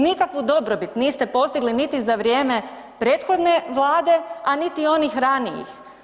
Nikakvu dobrobit niste postigli niti za vrijeme prethodne vlade, a niti onih ranijih.